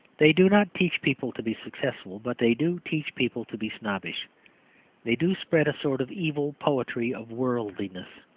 they do not teach people to be successful, but they do teach people to be snobbish they do spread a sort of evil poetry of worldliness.